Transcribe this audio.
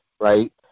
right